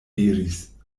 diris